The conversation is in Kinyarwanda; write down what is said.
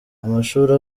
amashuri